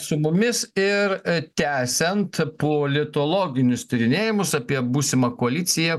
su mumis ir tęsiant politologinius tyrinėjimus apie būsimą koaliciją